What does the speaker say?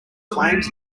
flames